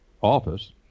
office